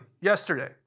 yesterday